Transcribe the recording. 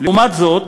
לעומת זאת,